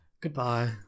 Goodbye